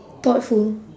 thoughtful